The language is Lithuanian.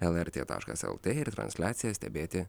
lrt taškas lt ir transliaciją stebėti